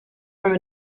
from